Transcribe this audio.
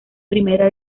primera